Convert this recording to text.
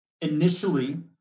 Initially